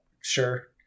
sure